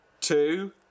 two